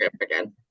again